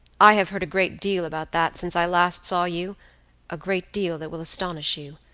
i have heard a great deal about that since i last saw you a great deal that will astonish you.